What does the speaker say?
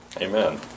Amen